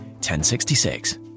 1066